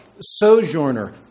sojourner